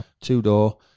two-door